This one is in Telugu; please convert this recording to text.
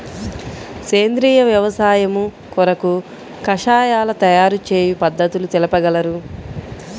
సేంద్రియ వ్యవసాయము కొరకు కషాయాల తయారు చేయు పద్ధతులు తెలుపగలరు?